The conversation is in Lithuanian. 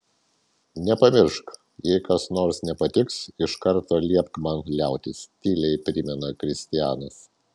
nepamiršk jei kas nors nepatiks iš karto liepk man liautis tyliai primena kristianas